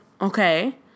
okay